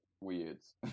Weirds